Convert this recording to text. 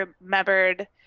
remembered